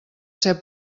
ser